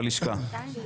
הוא בלשכה.